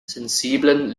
sensiblen